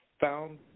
found